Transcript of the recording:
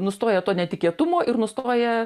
nustoja to netikėtumo ir nustoja